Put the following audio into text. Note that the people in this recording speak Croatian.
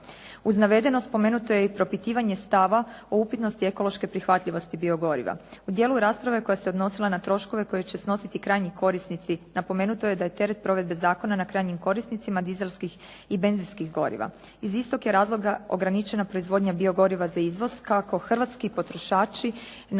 Uz navedeno, spomenuto je i propitivanje stava o upitnosti ekološke prihvatljivosti biogoriva. U dijelu rasprave koja se odnosila na troškove koje će snositi krajnji korisnici, napomenuto je da je teret provedbe zakona na krajnjim korisnicima dizelskih i benzinskih goriva. Iz istog je razloga ograničena proizvodnja biogoriva za izvoz kako hrvatski potrošači naknadom